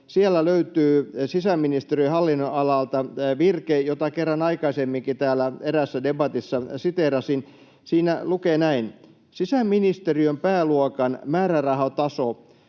sieltä löytyy sisäministeriön hallinnonalalta virke, jota kerran aikaisemminkin täällä eräässä debatissa siteerasin: ”Sisäministeriön pääluokan määrärahataso